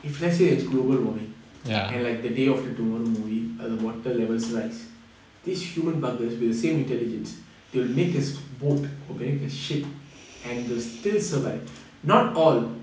if let's say if global warming and like the day after tomorrow movie and the water levels rise this human buggers with the same intelligent they'll make us boat or make a ship and they will still survive not all